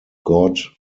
god